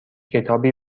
کتابی